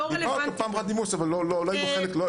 דיברנו פעם אחת בנימוס אבל לא היינו חלק.